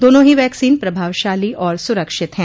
दोनों ही वैक्सीन प्रभावशाली और सुरक्षित है